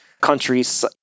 countries